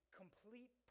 complete